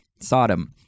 sodom